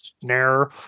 snare